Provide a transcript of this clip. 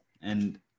And-